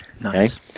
Nice